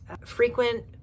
frequent